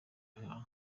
nka